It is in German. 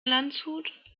landshut